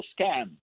scam